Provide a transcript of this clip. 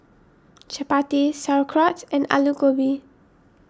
Chapati Sauerkraut and Alu Gobi